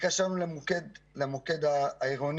התקשרנו למוקד העירוני,